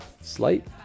slight